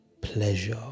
pleasure